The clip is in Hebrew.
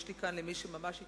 למי שממש יתעניין,